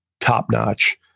top-notch